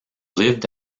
lived